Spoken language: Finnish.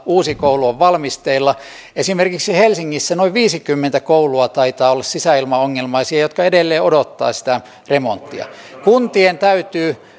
uusi koulu on valmisteilla esimerkiksi helsingissä noin viisikymmentä koulua taitaa olla sisäilmaongelmaisia ja ne edelleen odottavat sitä remonttia kuntien täytyy